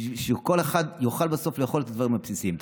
שכל אחד יוכל בסוף לאכול את הדברים הבסיסיים.